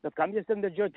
bet kam jas ten medžiot